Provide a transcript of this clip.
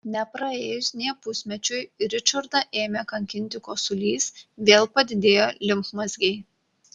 nepraėjus nė pusmečiui ričardą ėmė kankinti kosulys vėl padidėjo limfmazgiai